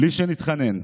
בלי שנתחנן,